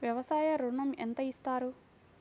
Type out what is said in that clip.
వ్యవసాయ ఋణం ఎంత ఇస్తారు?